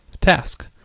task